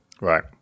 Right